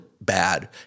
bad